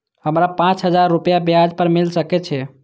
हमरा पाँच हजार रुपया ब्याज पर मिल सके छे?